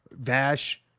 Vash